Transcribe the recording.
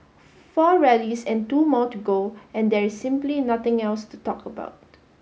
four rallies and two more to go and there is simply nothing else to talk about